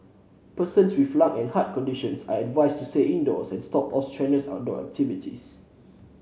persons with lung and heart conditions are advised to stay indoors and stop all strenuous outdoor activities